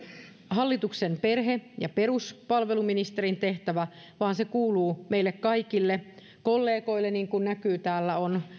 hallituksen perhe ja peruspalveluministerin tehtävä vaan se kuuluu meille kaikille kollegoille niin kuin näkyy täällä on